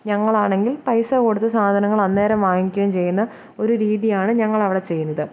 ഞങ്ങളാണങ്കിൽ പൈസ കൊടുത്ത് സാധനങ്ങൾ അന്നേരം വാങ്ങിക്കുകയും ചെയ്യുന്ന ഒരു രീതിയാണ് ഞങ്ങൾ അവിടെ ചെയ്യുന്നത്